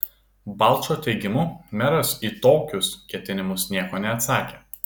balčo teigimu meras į tokius ketinimus nieko neatsakė